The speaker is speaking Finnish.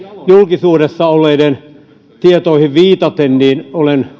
julkisuudessa olleisiin tietoihin viitaten olen